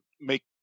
make